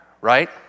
Right